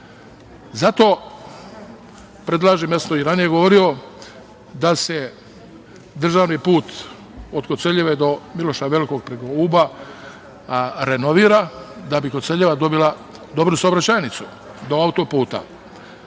predlažem, ja sam to i ranije govorio, da se državni put od Koceljeve do Miloša Velikog preko Uba renovira, da bi Koceljeva dobila dobru saobraćajnicu do autoputa,